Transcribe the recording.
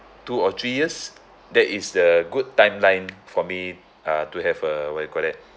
two or three years that is the good timeline for me uh to have a what you call that